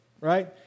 right